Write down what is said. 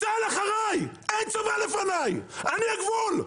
צה"ל אחרי, אין צבא לפני, אני הגבול,